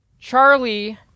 Charlie